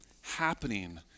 happening